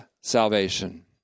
Salvation